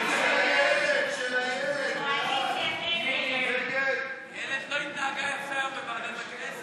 ההסתייגות (115) של חברי הכנסת איילת נחמיאס ורבין,